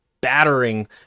battering